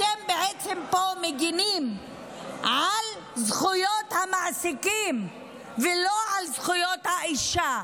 אתם בעצם פה מגינים על זכויות המעסיקים ולא על זכויות האישה.